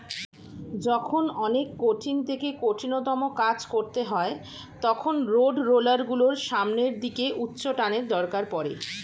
যখন অনেক কঠিন থেকে কঠিনতম কাজ করতে হয় তখন রোডরোলার গুলোর সামনের দিকে উচ্চটানের দরকার পড়ে